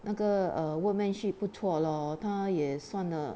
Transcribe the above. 那个 err workmanship 不错咯他也算了